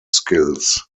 skills